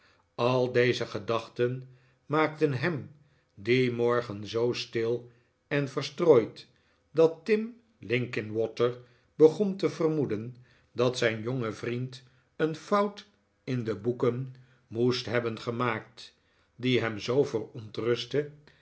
al deze gedachten maakten hem dien morgen zoo stil en verstrooid dat tim linkinwater begon te vermoeden dat zijn jonge vriend een fout in de boeken moest hebben gemaakt die hem zoo